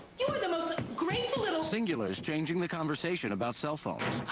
you are the most grateful little cingular's changing the conversation about cell phones.